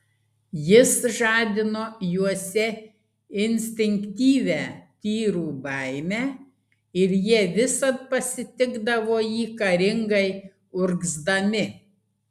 jis žadino juose instinktyvią tyrų baimę ir jie visad pasitikdavo jį karingai urgzdami